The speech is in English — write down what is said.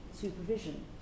supervision